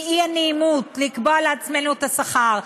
מהאי-נעימות לקבוע לעצמנו את השכר.